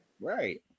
Right